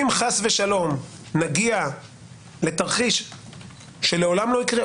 אם חס ושלום נגיע לתרחיש שלעולם לא יקרה,